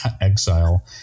exile